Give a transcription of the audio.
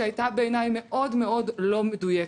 שהייתה בעיני מאוד מאוד לא מדויקת,